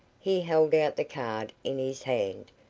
he held out the card in his hand,